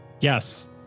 Yes